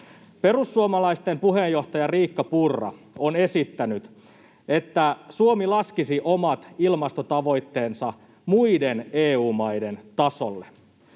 Perussuomalaisten puheenjohtaja Riikka Purra on esittänyt, että Suomi laskisi omat ilmastotavoitteensa muiden EU-maiden tasolle.